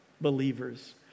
Believers